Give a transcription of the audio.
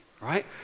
right